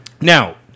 Now